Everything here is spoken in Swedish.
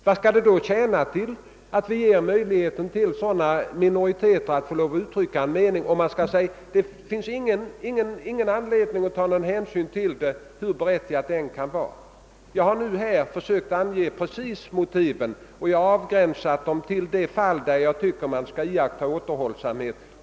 Vad skall det tjäna till att vi ger möjlighet för en minoritet att få lov att yttra en mening, om man menar att det inte finns någon anledning att ta hänsyn till det, hur berättigat det än kan vara? Jag har här försökt ange motiven och jag har begränsat det till de fall där jag tycker att man skall iaktta återhållsamhet.